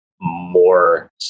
more